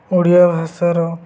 ଓଡ଼ିଆ ଭାଷାର